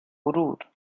ورود